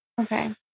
Okay